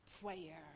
prayer